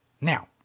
Now